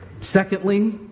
Secondly